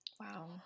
wow